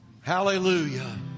Hallelujah